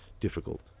difficult